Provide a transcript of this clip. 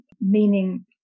meaning